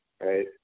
Right